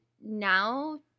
now